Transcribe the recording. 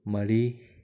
ꯃꯔꯤ